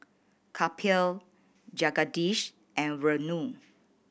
Kapil Jagadish and Renu